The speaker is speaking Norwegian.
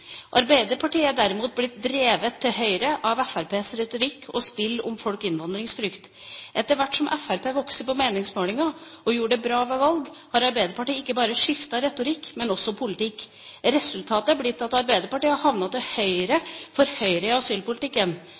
er derimot blitt drevet til høyre av Frps retorikk og spill på folks innvandringsfrykt. Etter hvert som Frp vokste på meningsmålingene og gjorde det bra ved valgene, har Ap ikke bare skiftet retorikk, men også politikk. Resultatet er blitt at Ap har havnet til høyre for Høyre i asylpolitikken.